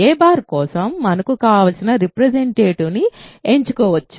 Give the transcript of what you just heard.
a కోసం మనకు కావలసిన రిప్రెసెంటేటివ్ని ఎంచుకోవచ్చు